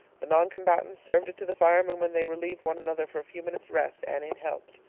the non-combatants served it to the firemen when they relieved one another for a few minutes' rest, and it helped.